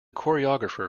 choreographer